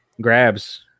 Grabs